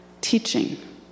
teaching